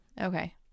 Okay